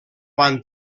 van